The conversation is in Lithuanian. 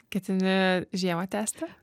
ketini žiemą tęsti